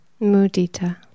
Mudita